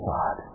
God